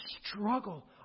struggle